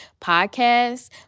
podcast